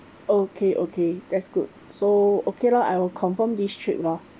okay okay that's good so okay lah I will confirm this trip lor